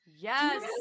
yes